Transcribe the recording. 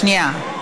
שנייה.